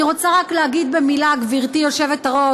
אני רוצה רק להגיד במילה, גברתי היושבת-ראש,